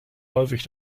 häufig